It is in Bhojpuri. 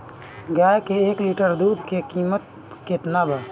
गाय के एक लिटर दूध के कीमत केतना बा?